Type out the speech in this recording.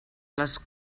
les